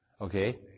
Okay